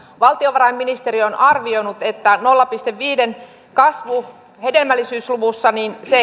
valtiovarainministeriö on arvioinut että nolla pilkku viiden kasvu hedelmällisyysluvussa